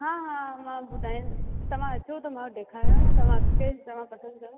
हा हा मां ॿुधायां तव्हां अचो त मां ॾेखारियां तव्हां खे तव्हां पसंदि कयो